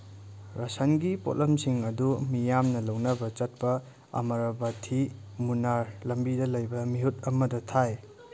ꯔꯁꯟꯒꯤ ꯄꯣꯠꯂꯝꯁꯤꯡ ꯑꯗꯨ ꯃꯤꯌꯥꯝꯅ ꯂꯧꯅꯕ ꯆꯠꯄ ꯑꯃꯔꯚꯊꯤ ꯃꯨꯅꯥꯔ ꯂꯝꯕꯤꯗ ꯂꯩꯕ ꯃꯤꯍꯨꯠ ꯑꯃꯗ ꯊꯥꯏ